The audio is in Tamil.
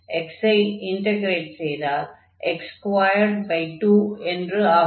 x ஐ இன்டக்ரேட் செய்தால் x22 என்று ஆகும்